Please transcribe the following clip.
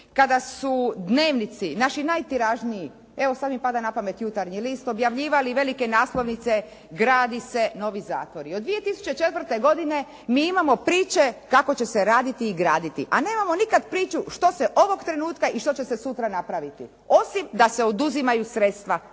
kada su dnevnici, naši najtiražniji, evo sad mi pada na pamet "Jutarnji list", objavljivali velike naslovnice gradi se novi zatvori. Od 2004. godine mi imamo priče kako će se raditi i graditi, a nemamo nikad priču što se ovog trenutka i što će se sutra napraviti, osim da se oduzimaju sredstva